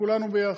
כולנו ביחד,